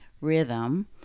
rhythm